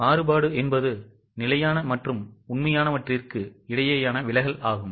மாறுபாடு என்பது நிலையான மற்றும் உண்மையானவற்றுக்கு இடையேயான விலகலாகும்